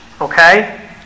okay